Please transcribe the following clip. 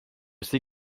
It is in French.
sais